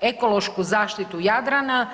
ekološku zaštitu Jadrana?